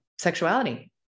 sexuality